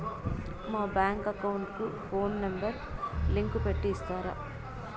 మా bank account కు phone number link పెట్టి ఇస్తారా?